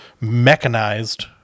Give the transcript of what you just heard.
mechanized